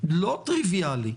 לא טריוויאלי.